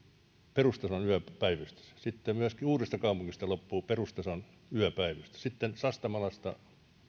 perustason yöpäivystys sitten myöskin uudestakaupungista loppuu perustason yöpäivystys sitten sastamalasta